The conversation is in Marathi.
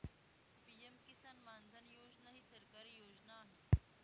पी.एम किसान मानधन योजना ही सरकारी योजना आहे